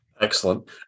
Excellent